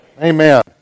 Amen